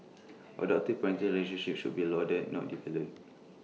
adoptive parenting relationships should be lauded not devalued